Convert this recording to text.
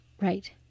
Right